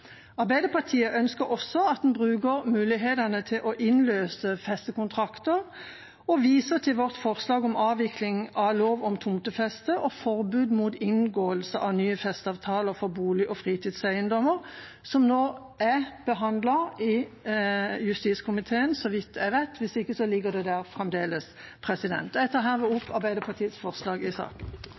Arbeiderpartiet ønsker også at en bruker mulighetene til å innløse festekontrakter, og viser til vårt forslag om avvikling av lov av tomtefeste og forbud mot inngåelse av nye festeavtaler for bolig- og fritidseiendommer. Det er nå behandlet i justiskomiteen, så vidt jeg vet – hvis ikke ligger det der fremdeles. Jeg tar herved opp de forslagene Arbeiderpartiet er en del av i saken.